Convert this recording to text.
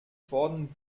fordern